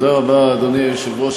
אדוני היושב-ראש,